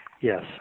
Yes